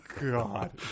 God